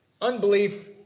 Unbelief